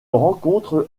rencontre